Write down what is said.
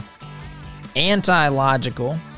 anti-logical